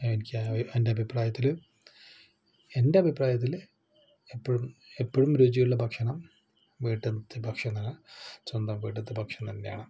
എനിക്ക് എൻ്റെ അഭിപ്രായത്തിൽ എൻ്റെ അഭിപ്രായത്തിൽ എപ്പോഴും എപ്പോഴും രുചിയുള്ള ഭക്ഷണം വീട്ടിലത്തെ ഭക്ഷണം സ്വന്തം വീട്ടിലത്തെ ഭക്ഷണം തന്നെയാണ്